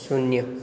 शून्य